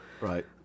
Right